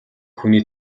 хүний